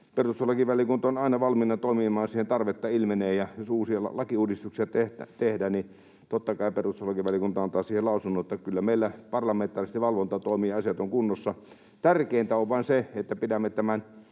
perustuslakivaliokunta on aina valmiina toimimaan, jos siihen tarvetta ilmenee, ja jos uusia lakiuudistuksia tehdään, niin totta kai perustuslakivaliokunta antaa siihen lausunnon. Että kyllä meillä parlamentaarisesti valvonta toimii ja asiat ovat kunnossa. Tärkeintä on vain se, että pidämme tämän